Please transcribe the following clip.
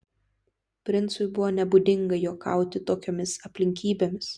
princui buvo nebūdinga juokauti tokiomis aplinkybėmis